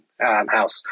house